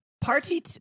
party